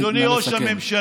אדוני ראש הממשלה,